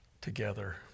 together